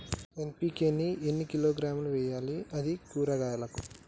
NPK ని ఎన్ని కిలోగ్రాములు వెయ్యాలి? అది కూరగాయలకు?